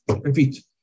Repeat